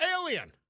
alien